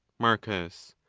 marcus.